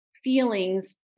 feelings